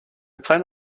plan